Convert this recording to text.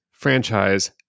franchise